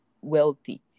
wealthy